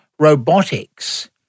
robotics